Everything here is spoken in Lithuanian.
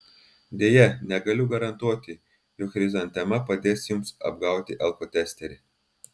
deja negaliu garantuoti jog chrizantema padės jums apgauti alkotesterį